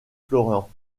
florent